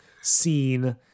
scene